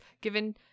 given